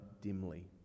dimly